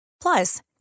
Plus